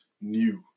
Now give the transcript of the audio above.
new